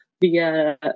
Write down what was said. via